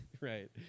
right